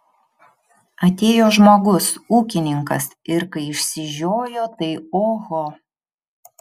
atėjo žmogus ūkininkas ir kai išsižiojo tai oho